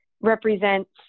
represents